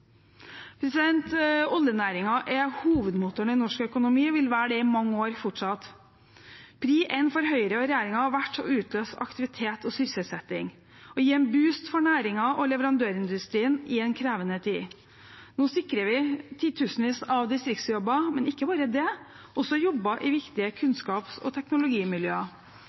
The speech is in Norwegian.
er hovedmotoren i norsk økonomi og vil være det i mange år fortsatt. Prioritering nummer én for Høyre og regjeringen har vært å utløse aktivitet og sysselsetting og gi en «boost» for næringen og leverandørindustrien i en krevende tid. Nå sikrer vi titusenvis av distriktsjobber, men ikke bare det: også jobber i viktige kunnskaps- og teknologimiljøer.